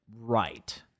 right